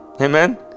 amen